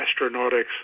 astronautics